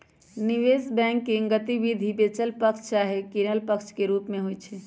निवेश बैंकिंग गतिविधि बेचल पक्ष चाहे किनल पक्ष के रूप में होइ छइ